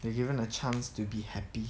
they are given a chance to be happy